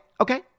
okay